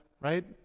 right